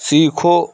سیکھو